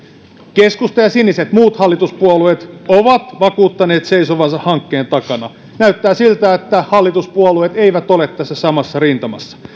keskusta ja siniset muut hallituspuolueet ovat vakuuttaneet seisovansa hankkeen takana näyttää siltä että hallituspuolueet eivät ole tässä samassa rintamassa